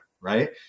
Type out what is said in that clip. right